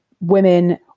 Women